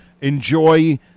Enjoy